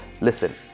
listen